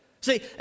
See